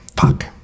fuck